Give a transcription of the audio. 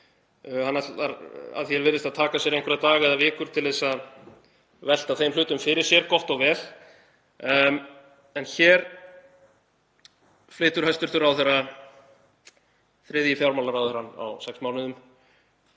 ætlar, að því er virðist, að taka sér einhverja daga eða vikur til að velta þeim hlutum fyrir sér. Gott og vel. Hér flytur hæstv. ráðherra, þriðji fjármálaráðherrann á sex mánuðum,